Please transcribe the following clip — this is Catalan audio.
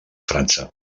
frança